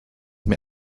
mir